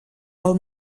pel